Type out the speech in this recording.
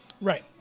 Right